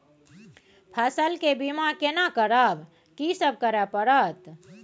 फसल के बीमा केना करब, की सब करय परत?